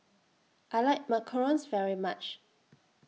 I like Macarons very much